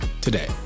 today